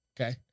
Okay